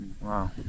Wow